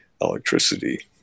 Electricity